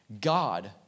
God